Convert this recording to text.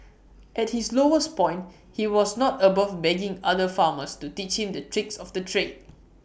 at his lowest point he was not above begging other farmers to teach him the tricks of the trade